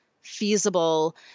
feasible